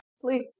Please